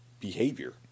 behavior